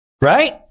Right